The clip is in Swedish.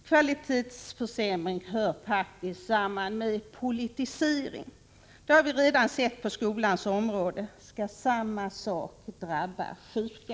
Kvalitetsförsämring hör faktiskt samman med politisering. Det har vi redan sett på skolans område. Skall samma sak drabba sjuka?